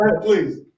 please